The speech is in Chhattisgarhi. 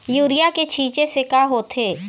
यूरिया के छींचे से का होथे?